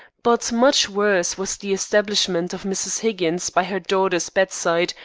but much worse was the establishment of mrs. higgins by her daughter's bedside,